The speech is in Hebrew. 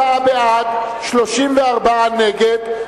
24 בעד, 34 נגד.